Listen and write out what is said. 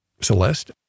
Celeste